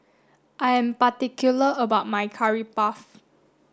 I am particular about my curry puff